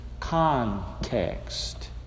Context